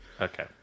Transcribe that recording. Okay